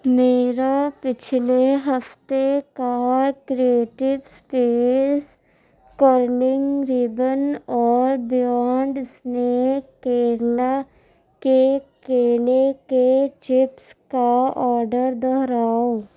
میرا پچھلے ہفتے کا کریئٹیو اسپیس کرلنگ ریبن اور بیانڈ سنیک کیرلا کے کیلے کے چپس کا آڈر دوہراؤ